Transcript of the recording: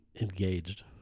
engaged